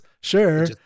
Sure